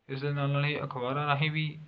ਇਸਦੇ ਨਾਲ ਨਾਲ ਹੀ ਅਖ਼ਬਾਰਾਂ ਰਾਹੀਂ ਵੀ